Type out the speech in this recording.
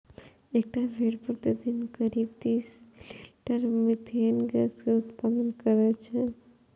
एकटा भेड़ प्रतिदिन करीब तीस लीटर मिथेन गैस के उत्पादन करै छै